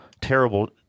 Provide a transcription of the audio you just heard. terrible